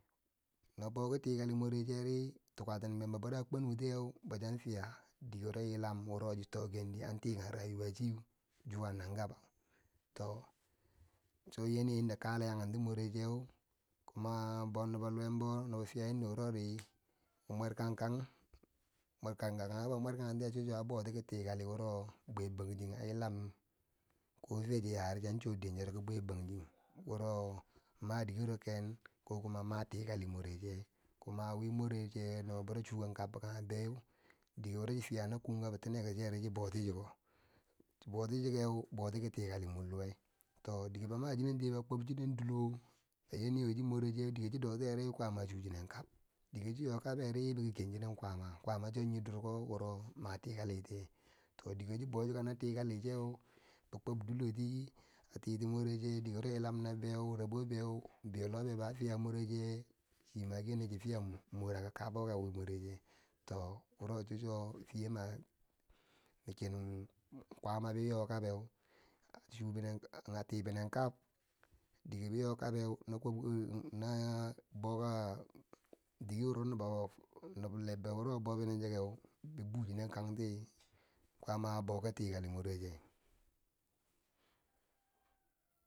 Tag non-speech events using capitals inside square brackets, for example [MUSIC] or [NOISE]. Na boki tikali more chere tukatine a kwenun tiyeu, bo chiya fiya dike wuro yilam wuro chi to kendi an tikang rayuwa cheu zuwa nan gaba, to cho yana yinda kale yakenti morecheu, kuma bo nobbo lombo nobi fiya irin do chowori, [NOISE] bi mwerkang kang, mwerkanka kagego, mwerkan cho dike a bouti ki tikali wuro bwe banjinge a yilam ko fe chi yari chiya chu denchero ki bwe banjinge, wuro ma dikero ken kuma mati kali morecheu, kuma wi moreche nobbobero chukken kab kongebeu dike wuro chi fiya na kunka bitine ko cheri chi bouchi ko, chi bouti chikeu chi bouti ki tikali morluwe, to dike ba machinen tiyeu ba kwob chinen dilo kange yanayi chi marecheu dike chi do tiyeri kwaama a chuchiren kab dike chi yo kaberi bi ki ken chinen kwaama kwaama cho nye durko wuro ma tikali tiyeu, to dike chi bouchiko na tikalicheu bi kwab diloti, a titi moreche dike wuro yilam na beu, rabobeu bibeiyo lobei bo a fiya moreche, ti chiama keneu chin fiyam moreche, to wuro chochuwo fiya ma, miken kwaamati ba yo kabeu, a sunen ka, na dikebe yo kabeu, na chuka, na tibinin kab na dikebe yo kabeu boki nobbo, lebbo wuro boubenen chikeu be buchi nen kanti kwaama a bo ki tikali moreche.